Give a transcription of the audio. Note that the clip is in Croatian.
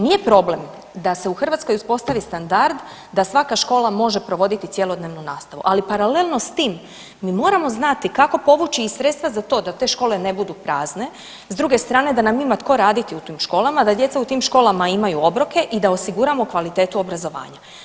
Nije problem da se u Hrvatskoj uspostavi standard da svaka škola može provoditi cjelodnevnu nastavu, ali paralelno s tim mi moramo znati kako povući i sredstva za to da te škole ne budu prazne, s druge strane, da nam ima tko raditi u tim školama, da djeca u tim školama imaju obroke i da osiguramo kvalitetu obrazovanja.